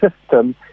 system